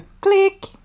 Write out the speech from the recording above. Click